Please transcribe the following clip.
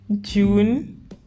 June